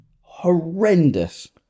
horrendous